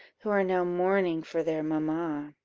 who are now mourning for their mamma?